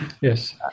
yes